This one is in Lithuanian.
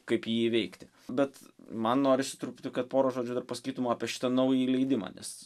kaip jį įveikti bet man norisi truputį kad pora žodžių dar pasakytum apie šitą naująjį leidimą nes